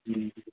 جی